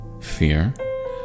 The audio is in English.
fear